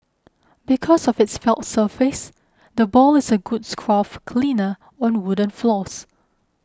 because of its felt surface the ball is a good scruff cleaner on wooden floors